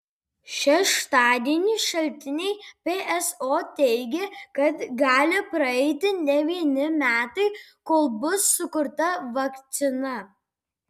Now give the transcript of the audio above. šeštadienį šaltiniai pso teigė kad gali praeiti ne vieni metai kol bus sukurta vakcina